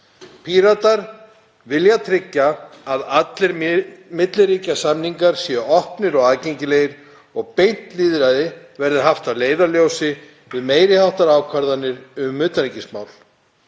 Píratar vilja tryggja að allir milliríkjasamningar séu opnir og aðgengilegir og beint lýðræði verði haft að leiðarljósi við meiri háttar ákvarðanir um utanríkismál.